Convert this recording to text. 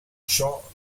ciò